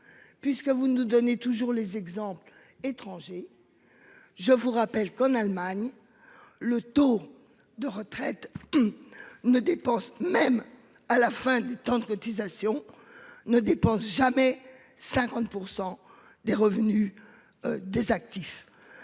Puisque vous nous donnez toujours les exemples étrangers. Je vous rappelle qu'en Allemagne. Le taux de retraite. Ne dépense même à la fin du temps de cotisation ne dépense jamais 50% des revenus. Des actifs.